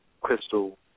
crystal